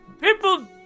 People